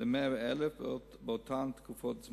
ל-100,000 באותן תקופות.